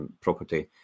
property